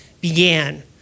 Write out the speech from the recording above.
began